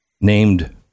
named